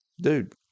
dude